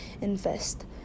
invest